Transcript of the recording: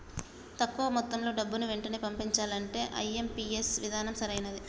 తక్కువ మొత్తంలో డబ్బుని వెంటనే పంపించాలంటే ఐ.ఎం.పీ.ఎస్ విధానం సరైనది